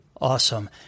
Awesome